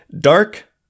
Dark